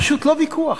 פשוט לא ויכוח,